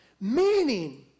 meaning